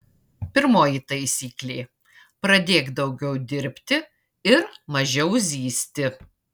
pirmoji taisyklė pradėk daugiau dirbti ir mažiau zyzti